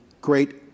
great